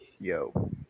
Yo